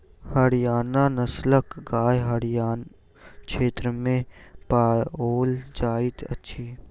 हरयाणा नस्लक गाय हरयाण क्षेत्र में पाओल जाइत अछि